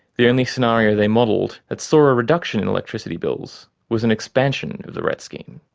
the only scenario they modelled that saw a reduction in electricity bills was an expansion of the ret scheme.